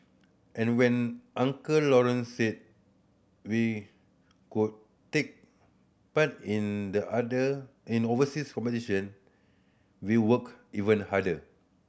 and when Uncle Lawrence said we could take part in the other in overseas competition we worked even harder